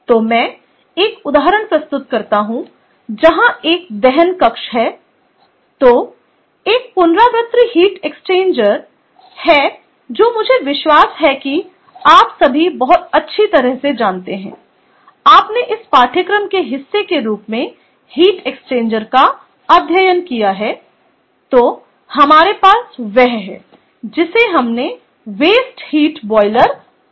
तो मैं एक उदाहरण प्रस्तुत करता हूं जहां एक दहन कक्ष है तो एक पुनरावर्ती हीट एक्सचेंजर है जो मुझे विश्वास है कि आप सभी अब बहुत अच्छी तरह से जानते हैं आपने इस पाठ्यक्रम के हिस्से के रूप में हीट एक्सचेंजर का अध्ययन किया है तो हमारे पास वह है जिसे हमने वेस्ट हीट बॉयलर कहा है